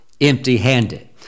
empty-handed